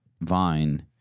Vine